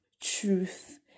truth